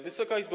Wysoka Izbo!